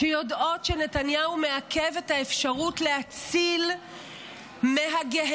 שיודעות שנתניהו מעכב את האפשרות להציל מהגיהינום